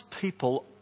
people